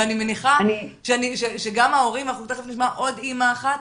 מיד נשמע עוד אימא אחת.